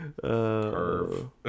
Curve